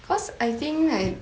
cause I think I